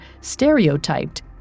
stereotyped